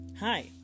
Hi